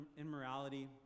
immorality